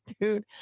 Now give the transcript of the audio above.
Dude